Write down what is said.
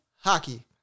hockey